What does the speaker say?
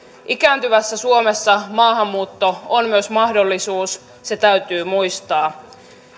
ikääntyvässä suomessa maahanmuutto on myös mahdollisuus se täytyy muistaa